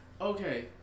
Okay